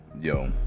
Yo